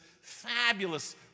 fabulous